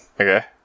Okay